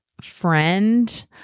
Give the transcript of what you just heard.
friend